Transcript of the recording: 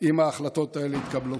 אם ההחלטות האלה יתקבלו.